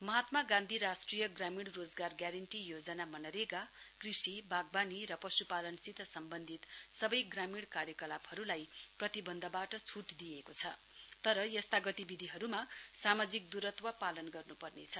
महात्मा गान्धी राष्ट्रिय ग्रामीण रोजगार ग्यारेण्टी योजना मनरेगा कृषि वाग्वानी र पशुपालनसित सम्वन्धित सवै ग्रामीण कार्यकलापहरुलाई प्रतिवन्ध छूट दिइएको छ तर यस्ता गतिविधिहरुमा सामाजिक दूरत्व पालन गर्नुपर्नेछ